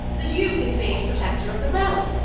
the duke is made protector of the realme,